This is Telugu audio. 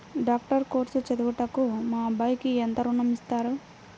డాక్టర్ కోర్స్ చదువుటకు మా అబ్బాయికి ఎంత ఋణం ఇస్తారు?